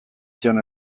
zion